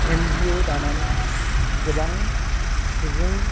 N G O दानानै गोबां सुबुं